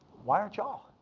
why aren't y'all?